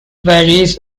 varies